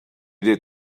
did